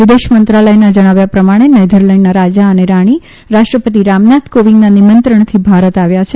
વિદેશ મંત્રાલયના જણાવ્યા પ્રમાણે નેધરલેન્ડના રાજા અને રાણી રાષ્ટ્રપતિ રામનાથ કોવિંદના નિમંત્રણથી ભારત આવ્યા છે